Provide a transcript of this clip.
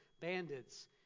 bandits